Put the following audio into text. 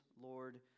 Lord